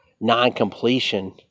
non-completion